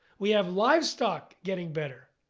we have livestock getting better.